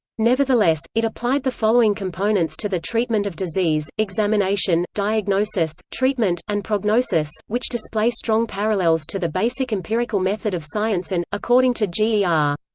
nevertheless, it applied the following components to the treatment of disease examination, diagnosis, treatment, and prognosis, which display strong parallels to the basic empirical method of science and, according to g e r.